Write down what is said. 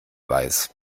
weiß